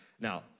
now